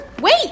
wait